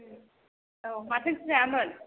औ माथो ओंख्रि जायामोन